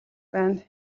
байна